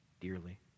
dearly